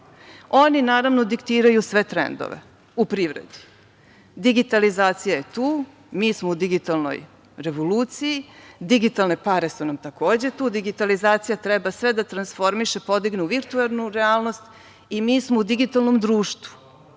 Oni diktiraju sve trendove u privredi. Digitalizacija je tu, mi smo u digitalnoj revoluciji, digitalne pare su nam takođe tu, digitalizacija treba sve da transformiše, podigne u virtuelnu realnost i mi smo u digitalnom društvu.